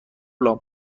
لامپ